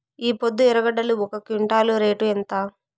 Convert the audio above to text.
ఈపొద్దు ఎర్రగడ్డలు ఒక క్వింటాలు రేటు ఎంత?